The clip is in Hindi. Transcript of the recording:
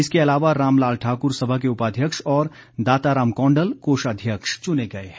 इसके अलावा राम लाल ठाकुर सभा के उपाध्यक्ष और दाता राम कौंडल कोषाध्यक्ष चुने गए हैं